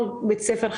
כל בית ספר,